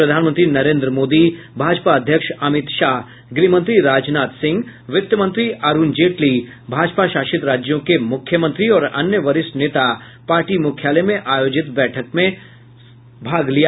प्रधानमंत्री नरेन्द्र मोदी भाजपा अध्यक्ष अमित शाह गृहमंत्री राजनाथ सिंह वित्तमंत्री अरूण जेटली भाजपा शासित राज्यों के मुख्यमंत्री और अन्य वरिष्ठ नेता पार्टी मुख्यालय में आयोजित बैठक में भाग लिया